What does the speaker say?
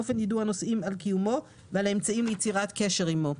אופן יידוע הנוסעים על קיומו ועל האמצעים ליצירת קשר עמו.